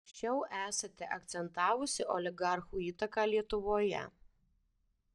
anksčiau esate akcentavusi oligarchų įtaką lietuvoje